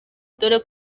dore